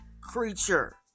creature